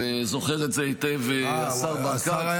זוכר את זה היטב השר ברקת,